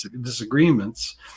disagreements